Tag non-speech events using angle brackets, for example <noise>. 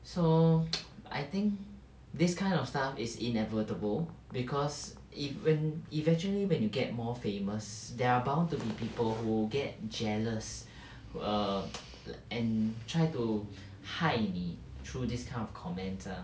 so <noise> I think this kind of stuff is inevitable because if when eventually when you get more famous there are bound to be people who get jealous err <noise> and try to 害你 through this kind of comment ah